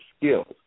skills